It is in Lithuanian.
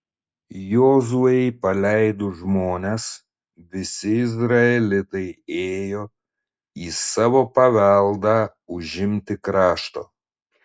jozuei paleidus žmones visi izraelitai ėjo į savo paveldą užimti krašto